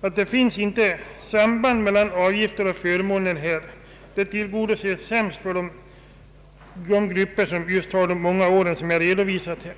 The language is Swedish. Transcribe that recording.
att det inte finns något samband mellan avgifter och förmåner. Det blir sämst för de grupper som har de många arbetsåren som jag redovisat här.